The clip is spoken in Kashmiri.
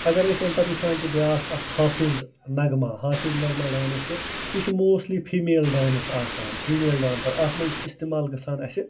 اگر أسۍ اَمہِ پتہٕ وُچھان چھِ بیٛاکھ اَکھ حافِظ نغمہ حافِظ نغمہ ڈانَس چھِ یہِ چھِ موسٹٕلی فیٖمیل ڈانَس آسان فیٖمیل ڈانَسَر اَتھ منٛز چھِ اِستعمال گژھان اَسہِ